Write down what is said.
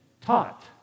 taught